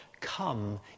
come